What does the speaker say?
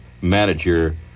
manager